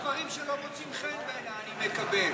גם דברים שלא מוצאים חן בעיני אני מקבל.